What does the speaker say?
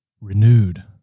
renewed